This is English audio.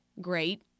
Great